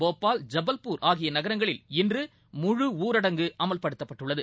போபால் ஜபவ்பூர் ஆகியநகரங்களில் இன்று முழு ஊரடங்கு அமல்படுத்தப்பட்டுள்ளது